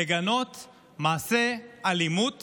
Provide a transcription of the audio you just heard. לגנות מעשה אלימות